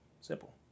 Simple